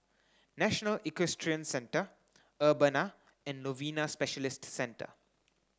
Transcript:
National Equestrian Centre Urbana and Novena Specialist Centre